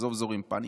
עזוב זורעים פניקה.